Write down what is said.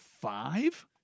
five